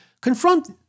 confront